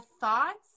thoughts